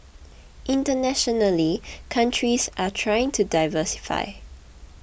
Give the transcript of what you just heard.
internationally countries are trying to diversify